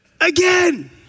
again